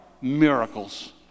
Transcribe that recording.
miracles